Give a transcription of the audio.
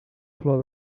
flor